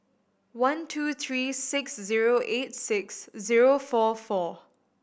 one two three six zero eight six zero four four